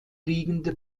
liegende